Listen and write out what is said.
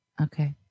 Okay